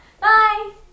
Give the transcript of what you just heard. Bye